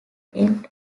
ends